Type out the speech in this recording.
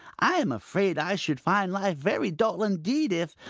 i am afraid i should find life very dull indeed if,